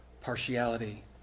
partiality